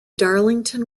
darlington